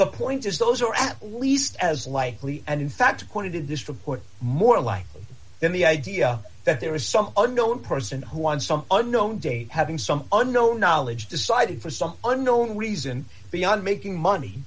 the point is those are at least as likely and in fact according to this report more likely than the idea that there is some unknown person who on some unknown date having some unknown knowledge decided for some unknown reason beyond making money